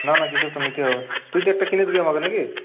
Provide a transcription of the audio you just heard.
না না কিছু একটা নিতে হবে তুই তো একটা কিনে দিবি আমাকে নাকি